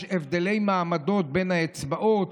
יש הבדלי מעמדות בין האצבעות,